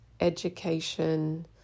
education